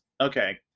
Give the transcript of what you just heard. Okay